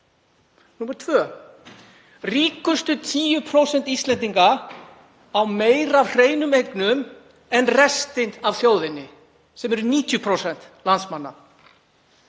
Númer tvö: Ríkustu 10% Íslendinga eiga meira af hreinum eignum en restin af þjóðinni sem eru 90% landsmanna.